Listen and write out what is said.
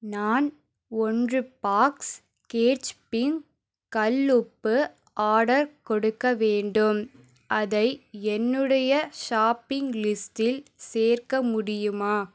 நான் ஒன்று box catch pink கல் உப்பு ஆர்டர் கொடுக்க வேண்டும் அதை என்னுடைய ஷாப்பிங் லிஸ்டில் சேர்க்க முடியுமா